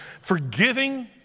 forgiving